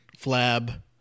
flab